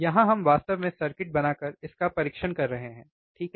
यहां हम वास्तव में सर्किट बनाकर इसका परीक्षण कर रहे हैं ठीक है